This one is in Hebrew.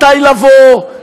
מתי לבוא,